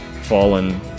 fallen